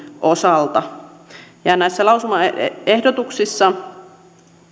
osalta näissä lausumaehdotuksissa